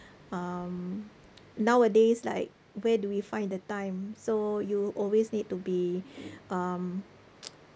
um nowadays like where do we find the time so you always need to be um